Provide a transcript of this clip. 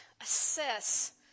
assess